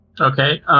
Okay